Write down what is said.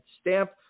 stamp